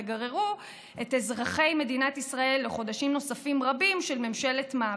וגררו את אזרחי מדינת ישראל לחודשים נוספים רבים של ממשלת מעבר.